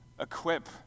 equip